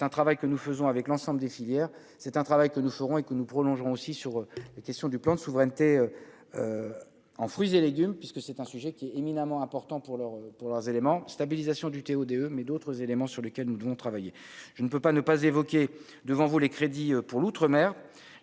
c'est un travail que nous faisons avec l'ensemble des filières, c'est un travail que nous ferons et que nous prolongerons aussi sur les questions du plan de souveraineté en fruits et légumes, puisque c'est un sujet qui est éminemment important pour leurs, pour leurs éléments stabilisation du TO-DE mais d'autres éléments sur lesquels nous devons travailler, je ne peux pas ne pas évoquer devant vous les crédits pour l'Outre-mer,